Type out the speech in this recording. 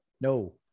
No